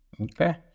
Okay